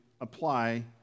apply